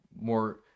more